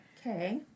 Okay